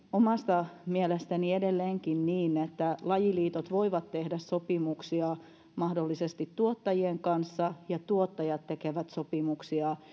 omasta mielestäni edelleenkin niin että lajiliitot voivat tehdä sopimuksia mahdollisesti tuottajien kanssa ja tuottajat tekevät sopimuksia